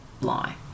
lie